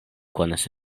konas